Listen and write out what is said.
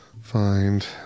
Find